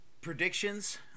predictions